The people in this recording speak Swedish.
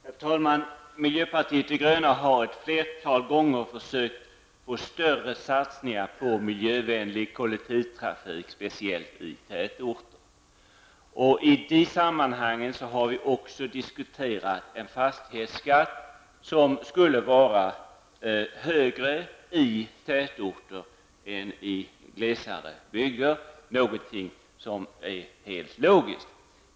Herr talman! Miljöpartiet de gröna har ett flertal gånger försökt att få till stånd större satsningar på miljövänlig kollektivtrafik, speciellt i tätorter. I det sammanhanget har vi också diskuterat en fastighetsskatt, som skulle vara högre i tätorter än i glesare bygder, någonting som är helt logiskt.